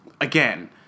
Again